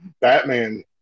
Batman